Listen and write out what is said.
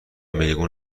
میگو